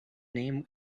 name